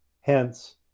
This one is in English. Hence